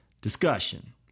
discussion